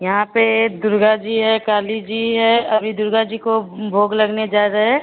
यहाँ पर दुर्गा जी है काली जी है अभी दुर्गा जी को भोग लगने जा रहा है